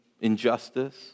injustice